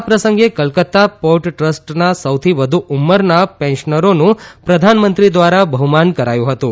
આ પ્રસંગે કલકતા પોર્ટ ટ્રસ્ટના સૌથી વધુ ઉંમરના પેન્શનરોનું પ્રધાનમંત્રી દ્વારા બહુમાન કરાયુ હતુ